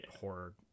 horror